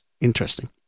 interesting